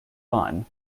fun